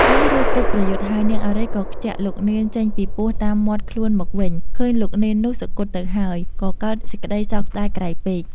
លុះរួចកិច្ចប្រយុទ្ធហើយ នាងឱរ៉ៃ ក៏ខ្ជាក់លោកនេនចេញពីពោះតាមមាត់ខ្លួនមកវិញ ឃើញលោកនេននោះ សុគតទៅហើយ ក៏កើតសេចក្តីសោកស្តាយក្រៃពេក ។